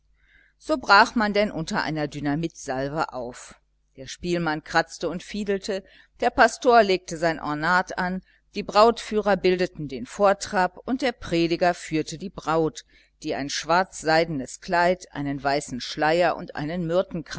so brach man denn unter einer dynamitsalve auf der spielmann kratzte und fiedelte der pastor legte sein ornat an die brautführer bildeten den vortrab und der prediger führte die braut die ein schwarzseidenes kleid einen weißen schleier und einen